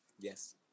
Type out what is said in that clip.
yes